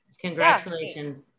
congratulations